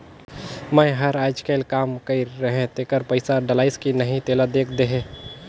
मै हर अईचकायल काम कइर रहें तेकर पइसा डलाईस कि नहीं तेला देख देहे?